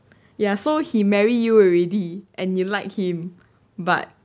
ya so he marry you already and you like him but